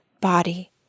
body